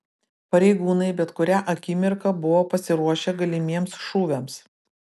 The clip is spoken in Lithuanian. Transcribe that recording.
pareigūnai bet kurią akimirką buvo pasiruošę galimiems šūviams